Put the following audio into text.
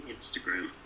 Instagram